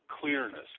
clearness